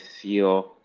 feel